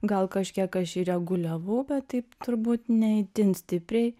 gal kažkiek aš jį reguliavau bet taip turbūt ne itin stipriai